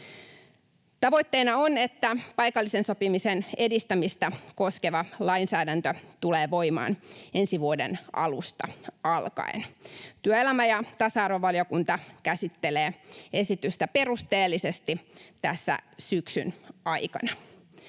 Tavoitteena on, että paikallisen sopimisen edistämistä koskeva lainsäädäntö tulee voimaan ensi vuoden alusta alkaen. Työelämä- ja tasa-arvovaliokunta käsittelee esitystä perusteellisesti tässä syksyn aikana.